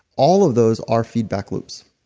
all of those are feedback loops.